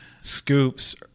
scoops